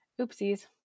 Oopsies